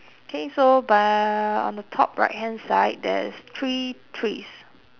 K so by on the top right hand side there's three trees